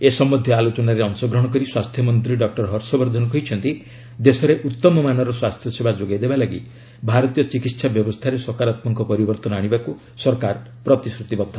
ଏ ସମ୍ଭନ୍ଧୀୟ ଆଲୋଚନାରେ ଅଂଶଗ୍ରହଣ କରି ସ୍ୱାସ୍ଥ୍ୟମନ୍ତ୍ରୀ ଡକ୍କର ହର୍ଷବର୍ଦ୍ଧନ କହିଛନ୍ତି ଦେଶରେ ଉତ୍ତମ ମାନର ସ୍ୱାସ୍ଥ୍ୟସେବା ଯୋଗାଇ ଦେବାପାଇଁ ଭାରତୀୟ ଚିକିତ୍ସା ବ୍ୟବସ୍ଥାରେ ସକାରାତ୍ମକ ପରିବର୍ତ୍ତନ ଆଶିବାକୁ ସରକାର ପ୍ରତିଶ୍ରତିବଦ୍ଧ